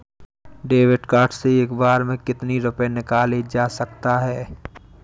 David card से एक बार में कितनी रूपए निकाले जा सकता है?